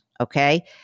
okay